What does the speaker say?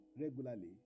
regularly